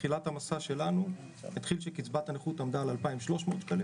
תחילת המסע שלנו התחיל כאשר קצבת הנכות עמדה על 2,300 שקלים